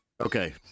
Okay